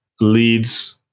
leads